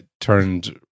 turned